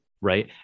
right